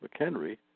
McHenry